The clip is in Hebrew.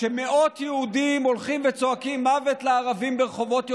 כשמאות יהודים הולכים וצועקים "מוות לערבים" ברחובות ירושלים,